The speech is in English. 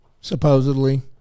Supposedly